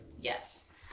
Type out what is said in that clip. yes